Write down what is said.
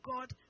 God